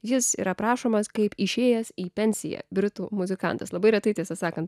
jis yra aprašomas kaip išėjęs į pensiją britų muzikantas labai retai tiesą sakant